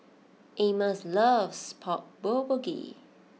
Amos loves Pork Bulgogi